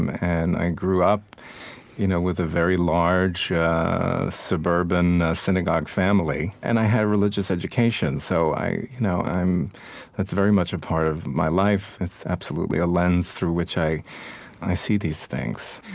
and i grew up you know with a very large suburban synagogue family. and i had a religious education. so you know i'm that's very much a part of my life. that's absolutely a lens through which i i see these things.